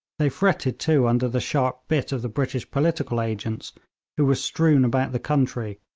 they fretted, too, under the sharp bit of the british political agents who were strewn about the country,